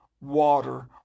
water